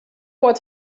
what